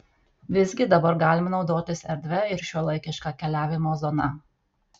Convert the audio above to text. visgi dabar galima naudotis erdvia ir šiuolaikiška keliavimo zona